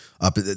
up